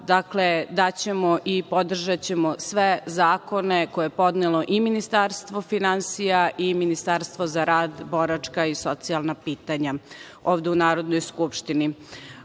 Dakle, daćemo i podržaćemo sve zakone koje je podnelo i Ministarstvo finansija i Ministarstvo za rad, boračka i socijalna pitanja ovde u Narodnoj skupštini. Dakle,